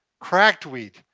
cracked wheat,